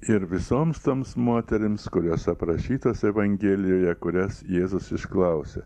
ir visoms toms moterims kurios aprašytos evangelijoje kurias jėzus išklausė